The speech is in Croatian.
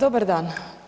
Dobar dan.